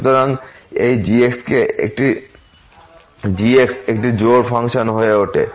সুতরাং এই g একটি জোড় ফাংশন হয়ে ওঠে